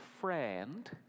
friend